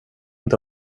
inte